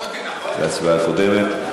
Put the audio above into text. להצבעה הקודמת.